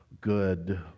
good